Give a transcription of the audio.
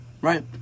Right